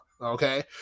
okay